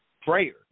prayer